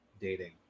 dating